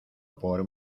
por